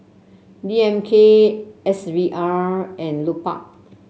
D M K S V R and Lupark